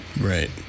Right